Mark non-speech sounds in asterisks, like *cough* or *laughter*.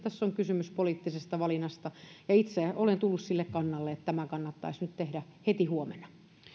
*unintelligible* tässä on kysymys poliittisesta valinnasta itse olen tullut sille kannalle että tämä kannattaisi nyt tehdä heti huomenna